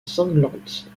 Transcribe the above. sanglante